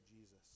Jesus